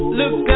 look